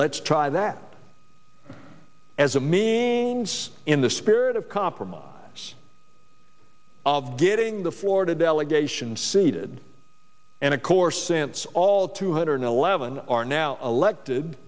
let's try that as a means in the spirit of compromise of getting the florida delegation seated and of course since all two hundred eleven are now elected